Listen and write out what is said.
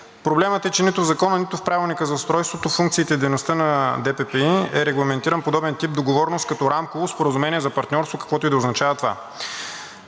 Проблемът е, че нито в Закона, нито в Правилника за устройството, функциите и дейността на ДППИ е регламентиран подобен тип договореност като рамково споразумение за партньорство, каквото и да означава това.